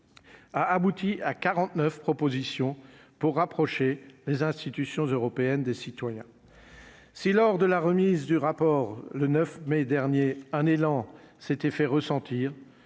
a abouti à 49 propositions pour rapprocher les institutions européennes des citoyens si lors de la remise du rapport, le 9 mai dernier un élan s'était fait ressentir